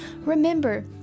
remember